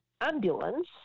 ambulance